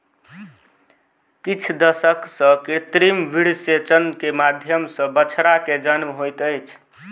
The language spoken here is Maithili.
किछ दशक सॅ कृत्रिम वीर्यसेचन के माध्यम सॅ बछड़ा के जन्म होइत अछि